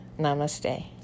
Namaste